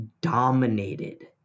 dominated